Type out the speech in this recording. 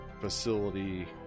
facility